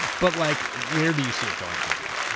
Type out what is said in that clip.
but like where do you see it going from here?